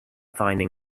finding